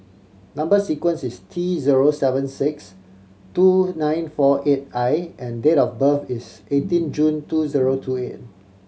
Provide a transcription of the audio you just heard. number sequence is T zero seven six two nine four eight I and date of birth is eighteen June two zero two eight